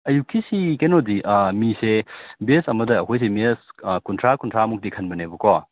ꯑꯌꯨꯛꯀꯤꯁꯤ ꯀꯩꯅꯣꯗꯤ ꯃꯤꯁꯦ ꯕꯦꯠꯆ ꯑꯃꯗ ꯑꯩꯈꯣꯏꯁꯦ ꯃꯦꯁ ꯀꯨꯟꯊ꯭ꯔꯥ ꯀꯨꯟꯊ꯭ꯔꯥꯃꯨꯛꯇꯤ ꯈꯟꯕꯅꯦꯕꯀꯣ